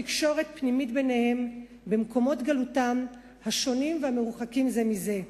תקשורת פנימית ביניהם במקומות גלותם השונים והמרוחקים זה מזה.